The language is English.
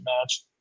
match